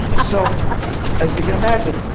so as you can imagine,